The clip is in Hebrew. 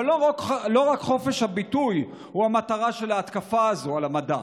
אבל לא רק חופש הביטוי הוא המטרה של ההתקפה הזו על המדע.